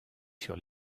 sur